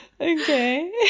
Okay